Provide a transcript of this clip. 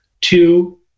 two